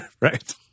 Right